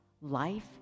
Life